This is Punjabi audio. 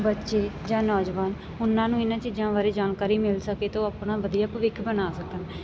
ਬੱਚੇ ਜਾਂ ਨੌਜਵਾਨ ਉਹਨਾਂ ਨੂੰ ਇਹਨਾਂ ਚੀਜ਼ਾਂ ਬਾਰੇ ਜਾਣਕਾਰੀ ਮਿਲ ਸਕੇ ਅਤੇ ਉਹ ਆਪਣਾ ਵਧੀਆ ਭਵਿੱਖ ਬਣਾ ਸਕਣ